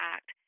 Act